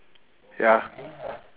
ya